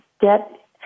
get